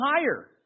higher